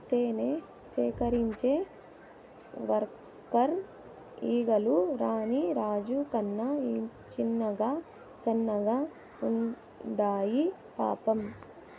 తేనె సేకరించే వర్కర్ ఈగలు రాణి రాజు కన్నా చిన్నగా సన్నగా ఉండాయి పాపం